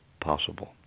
possible